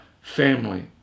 family